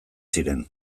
ziren